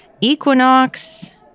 Equinox